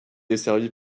desservi